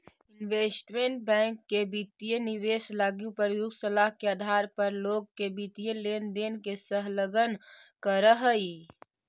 investment bank वित्तीय निवेश लगी उपयुक्त सलाह के आधार पर लोग के वित्तीय लेनदेन में संलग्न करऽ हइ